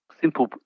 simple